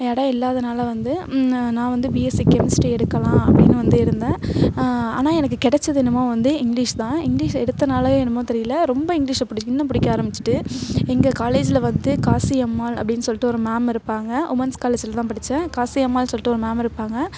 இடம் இல்லாதனால் வந்து நான் வந்து பிஎஸ்சி கெமிஸ்ட்ரி எடுக்கலாம் அப்படின்னு வந்து இருந்தேன் ஆனால் எனக்கு கிடச்சது என்னமோ வந்து இங்கிலீஷ் தான் இங்கிலீஷ் எடுத்தனாலேயோ என்னமோ தெரியலை ரொம்ப இங்கிலீஷை புடிக் இன்னும் பிடிக்க ஆரம்பிச்சிட்டு எங்கள் காலேஜுல் வந்துட்டு காசியம்மாள் அப்படின்னு சொல்லிட்டு ஒரு மேம் இருப்பாங்க உமன்ஸ் காலேஜுல் தான் படிச்சேன் காசியம்மாள் சொல்லிட்டு ஒரு மேம் இருப்பாங்க